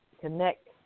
connect